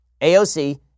AOC